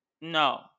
No